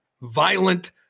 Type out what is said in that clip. violent